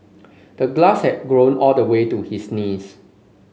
the glass had grown all the way to his knees